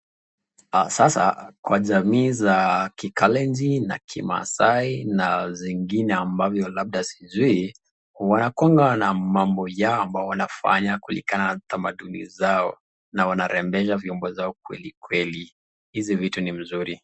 Sasa kwa jamii za kikalenjin na kimaasai na zingine ambavyo labda sijui, wanakuwanga na mambo yao wanafanya kulingana na utamaduni zao, na wanarembesha vyombo zao kweli kweli. Hizi vitu ni mzuri.